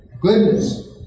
goodness